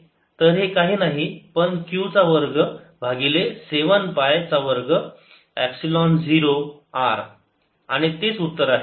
तर हे काही नाही पण Q चा वर्ग भागिले 7 पाय चा वर्ग एपसिलोन 0 r आणि तेच उत्तर आहे